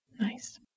Nice